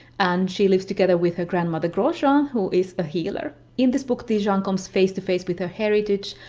and she lives together with her grandmother gros-jeanne, um who is a healer. in this book ti-jeanne comes face to face with her heritage,